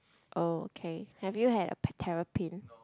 oh okay have you had a pet terrapin